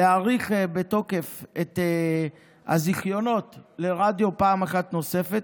להאריך את תוקף הזיכיונות לרדיו פעם אחת נוספת.